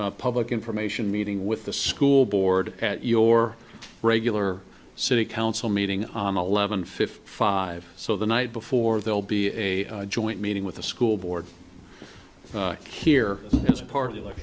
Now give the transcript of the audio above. public information meeting with the school board at your regular city council meeting on eleven fifty five so the night before they'll be a joint meeting with the school board here is partly